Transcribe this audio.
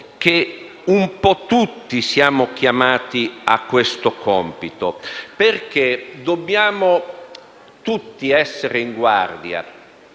Un po' tutti siamo chiamati a questo compito, perché dobbiamo tutti stare in guardia